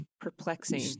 perplexing